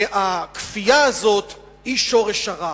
והכפייה הזאת היא שורש הרע.